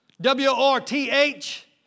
W-R-T-H